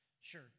Sure